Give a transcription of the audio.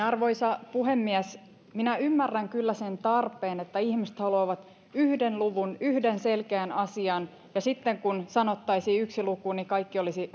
arvoisa puhemies minä ymmärrän kyllä sen tarpeen että ihmiset haluavat yhden luvun yhden selkeän asian ja sitten kun sanottaisiin yksi luku niin kaikki olisi